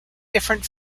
different